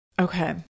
Okay